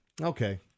okay